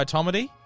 Tomedy